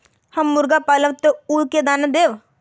हम मुर्गा पालव तो उ के दाना देव?